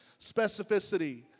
specificity